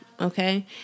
okay